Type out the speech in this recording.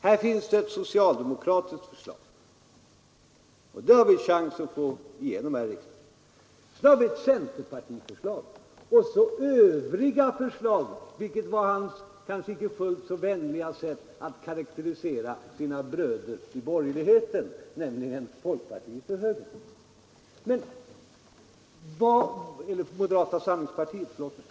Här finns ett socialdemokratiskt förslag — det har vi chans att få igenom här i riksdagen — ett centerpartiförslag och ”andra förslag”, vilket var herr Fälldins kanske inte riktigt vänliga sätt att karakterisera förslagen från sina bröder i borgerligheten, nämligen folkpartiet och moderata samlingspartiet.